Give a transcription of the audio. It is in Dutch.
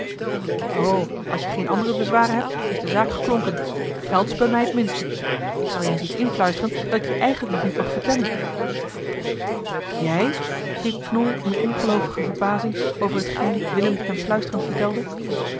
als je geen andere bezwaren hebt is de zaak geklonken geld is bij mij het minste ik zal je eens iets influisteren dat ik je eigenlijk nog niet mag vertellen jij riep knol in ongeloovige verbazing over hetgeen willem hem fluisterend vertelde